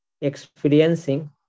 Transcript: experiencing